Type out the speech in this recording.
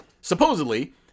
supposedly